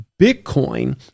Bitcoin